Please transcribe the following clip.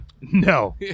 No